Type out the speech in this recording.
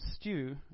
stew